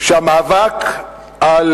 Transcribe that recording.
שהמאבק על